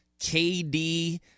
KD